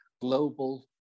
Global